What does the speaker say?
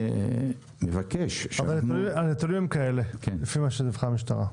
לפי מה שדיווחה המשטרה,